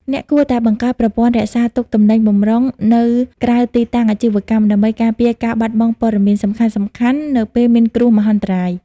អ្នកគួរតែបង្កើត ប្រព័ន្ធរក្សាទុកទិន្នន័យបម្រុង នៅក្រៅទីតាំងអាជីវកម្ម ដើម្បីការពារការបាត់បង់ព័ត៌មានសំខាន់ៗនៅពេលមានគ្រោះមហន្តរាយ។